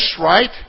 right